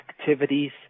activities